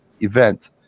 event